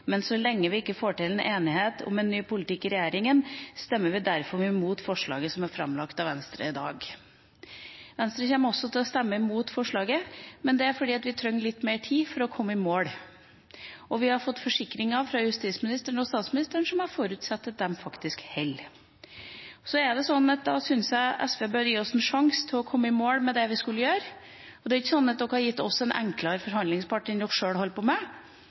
men så lenge vi ikke får til en enighet om en ny politikk i regjeringen, stemmer vi derfor imot forslaget som er framlagt av Venstre her i dag». Venstre kommer også til å stemme imot forslaget, men det er fordi vi trenger litt mer tid for å komme i mål, og vi har fått forsikringer fra justisministeren og statsministeren, som jeg forutsetter at de faktisk står ved. Så da syns jeg SV bør gi oss en sjanse til å komme i mål med det vi skulle. Det er ikke slik at de har gitt oss en enklere forhandlingspart enn det de sjøl holder på med,